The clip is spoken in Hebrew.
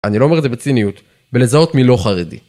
אני לא אומר את זה בציניות, ולזהות מי לא חרדי.